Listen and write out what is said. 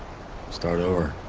start over